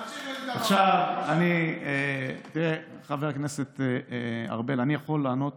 עכשיו תראה, חבר הכנסת ארבל, אני יכול לענות